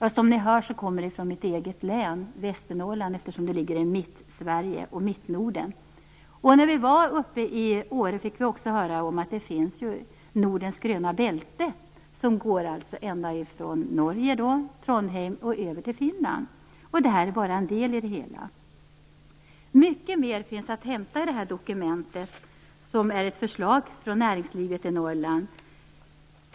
Som ni hör kommer detta från mitt eget län, Västernorrland, som ligger i Mittsverige och När vi var uppe i Åre fick vi också höra om Nordens gröna bälte som går från Trondheim i Norge och ända över till Finland. Detta är bara en del i det hela. Det finns mycket mer att hämta i det här dokumentet som är ett förslag från näringslivet i Norrland.